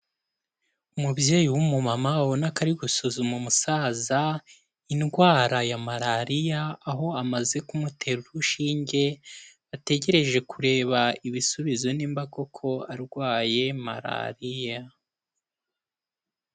Umubyeyi w'umumama abona ko ari gusuzuma umusaza indwara ya Malariya, aho amaze kumutera urushinge, ategereje kureba ibisubizo nimba koko arwaye Malariya.